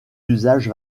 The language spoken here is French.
usage